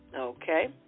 Okay